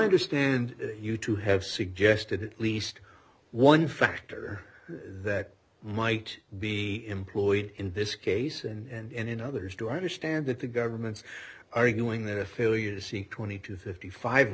understand you to have suggested at least one factor that might be employed in this case and in others to understand that the government's arguing that a failure to see twenty to fifty five